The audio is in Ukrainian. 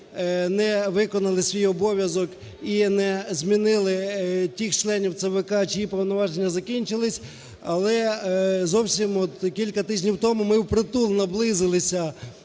не виконали свій обов'язок і не змінили тих членів ЦВК, чиї повноваження закінчились. Але зовсім от кілька тижнів тому ми впритул наблизилися